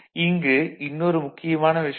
இங்கு இன்னொரு முக்கியமான விஷயம்